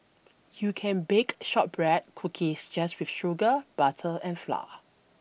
you can bake shortbread cookies just with sugar butter and flour